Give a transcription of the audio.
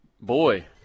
boy